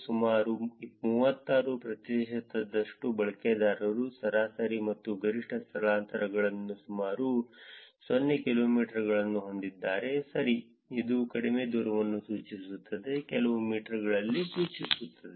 ಸುಮಾರು 36 ಪ್ರತಿಶತದಷ್ಟು ಬಳಕೆದಾರರು ಸರಾಸರಿ ಮತ್ತು ಗರಿಷ್ಟ ಸ್ಥಳಾಂತರಗಳನ್ನು ಸುಮಾರು 0 ಕಿಲೋಮೀಟರ್ಗಳನ್ನು ಹೊಂದಿದ್ದಾರೆ ಸರಿ ಇದು ಕಡಿಮೆ ದೂರವನ್ನು ಸೂಚಿಸುತ್ತದೆ ಕೆಲವು ಮೀಟರ್ಗಳಲ್ಲಿ ಸೂಚಿಸುತ್ತದೆ